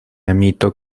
amito